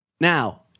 Now